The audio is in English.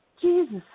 Jesus